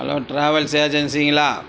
hello travel ஏஜென்சிங்களா